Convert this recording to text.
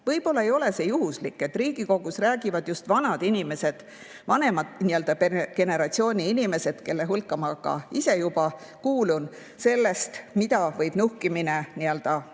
ei ole juhuslik, et Riigikogus räägivad just vanad inimesed, vanema generatsiooni inimesed, kelle hulka ma ka ise juba kuulun, sellest, mida võib nuhkimine ühiskonnas